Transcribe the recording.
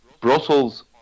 Brussels